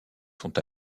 sont